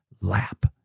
lap